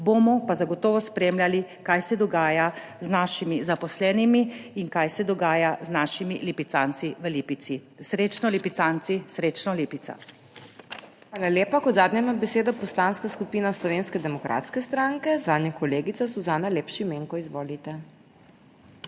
bomo pa zagotovo spremljali, kaj se dogaja z našimi zaposlenimi in kaj se dogaja z našimi lipicanci v Lipici. Srečno lipicanci, srečno Lipica! **PODPREDSEDNICA MAG. MEIRA HOT:** Hvala lepa. Kot zadnja ima besedo Poslanska skupina Slovenske demokratske stranke, zanjo kolegica Suzana Lep Šimenko. Izvolite.